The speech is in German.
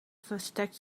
versteckt